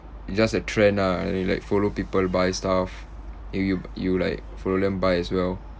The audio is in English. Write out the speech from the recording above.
just a trend ah like follow people by stuff if you you like follow them buy as well